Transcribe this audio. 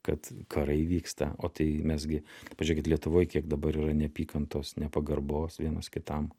kad karai vyksta o tai mes gi pažiūrėkit lietuvoj kiek dabar yra neapykantos nepagarbos vienas kitam